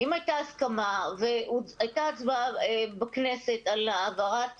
אם הייתה הסכמה הייתה הצבעה בכנסת על העברת